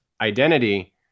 identity